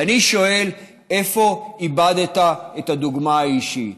ואני שואל: איפה איבדת את הדוגמה האישית?